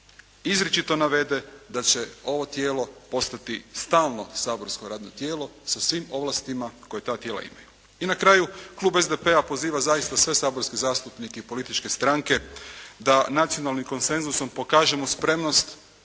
izričito navede da će ovo tijelo postati stalno saborsko tijelo sa svim ovlastima koje ta tijela imaju. I na kraju klub SDP-a poziva zaista sve saborske zastupnike i političke stranke da nacionalnim konsenzusom pokažemo spremnost